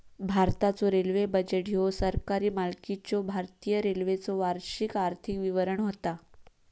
भारताचो railway budget ह्यो सरकारी मालकीच्यो भारतीय रेल्वेचो वार्षिक आर्थिक विवरण होता